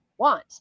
Want